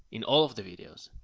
in all of the videos.